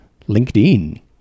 LinkedIn